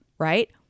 Right